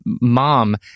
mom